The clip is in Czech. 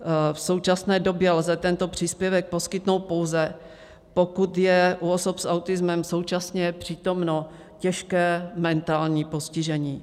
V současné době lze tento příspěvek poskytnout pouze, pokud je u osob s autismem současně přítomno těžké mentální postižení.